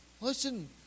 Listen